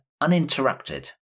uninterrupted